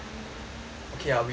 okay ah we